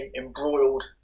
embroiled